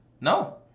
No